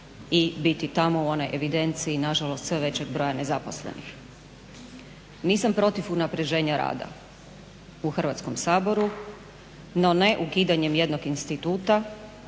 i biti tamo u onoj evidenciji nažalost sve većeg broja nezaposlenih. Nisam protiv unapređenja rada u Hrvatskoga saboru no ne ukidanjem jednog instituta